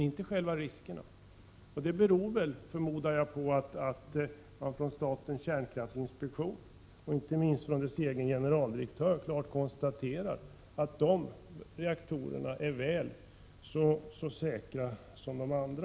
Jag förmodar att det beror på att statens kärnskraftsinspektion, och då inte minst generaldirektören där, klart har konstaterat att de här reaktorerna är väl så säkra som andra.